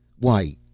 why,